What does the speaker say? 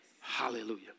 Hallelujah